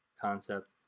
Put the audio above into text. concept